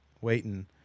waiting